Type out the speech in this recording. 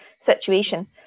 situation